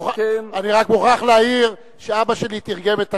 אני רק מוכרח להעיר שאבא שלי תרגם את הקוראן,